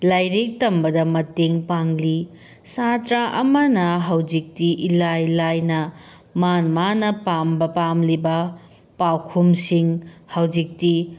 ꯂꯥꯏꯔꯤꯛ ꯇꯝꯕꯗ ꯃꯇꯦꯡ ꯄꯥꯡꯂꯤ ꯁꯥꯇ꯭ꯔ ꯑꯃꯅ ꯍꯧꯖꯤꯛꯇꯤ ꯏꯂꯥꯏ ꯂꯥꯏꯅ ꯃꯥꯅ ꯃꯥꯅ ꯄꯥꯝꯕ ꯄꯥꯝꯂꯤꯕ ꯄꯥꯎꯈꯨꯝꯁꯤꯡ ꯍꯧꯖꯤꯛꯇꯤ